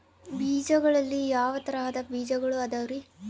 ಬೇಜಗಳಲ್ಲಿ ಯಾವ ತರಹದ ಬೇಜಗಳು ಅದವರಿ?